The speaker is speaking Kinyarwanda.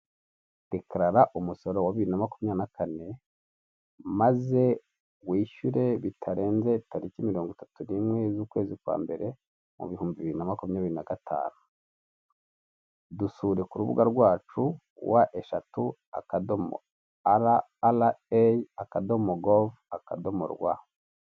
Dekarara umusoro wa bibiri na makumyabiri na kane, maze wishyure bitarenze tariki mirongo itatu n' rimwe z'ukwezi kwa mbere, mu bihumbi bibiri na makumyabiri na gatanu dusure ku rubuga rwacu “w” eshatu akadomo r r a akadomo gov akadomo rwa .